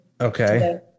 Okay